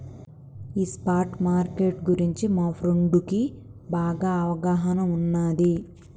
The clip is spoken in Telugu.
ఈ స్పాట్ మార్కెట్టు గురించి మా ఫ్రెండుకి బాగా అవగాహన ఉన్నాది